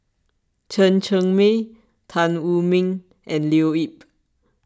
Chen Cheng Mei Tan Wu Meng and Leo Yip